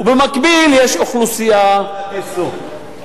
ועדת יישום.